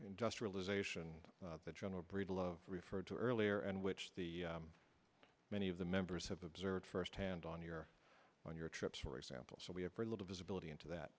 industrialization that general breedlove referred to earlier and which the many of the members have observed firsthand on your on your trips for example so we have very little visibility into that